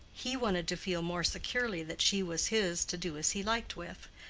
he wanted to feel more securely that she was his to do as he liked with,